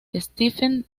stephen